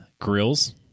grills